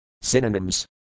Synonyms